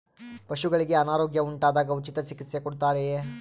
ಪಶುಗಳಿಗೆ ಅನಾರೋಗ್ಯ ಉಂಟಾದಾಗ ಉಚಿತ ಚಿಕಿತ್ಸೆ ಕೊಡುತ್ತಾರೆಯೇ?